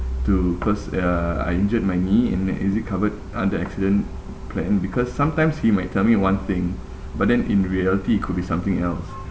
to cause uh I injured my knee and is it covered under accident plan because sometimes he might tell me one thing but then in reality it could be something else